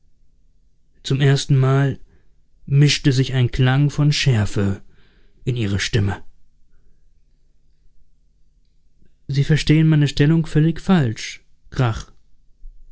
zum erstenmal mischte sich ein klang von schärfe in ihre stimme sie verstehen meine stellung völlig falsch grach